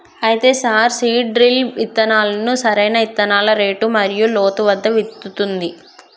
అయితే sir seed drill ఇత్తనాలను సరైన ఇత్తనాల రేటు మరియు లోతు వద్ద విత్తుతుంది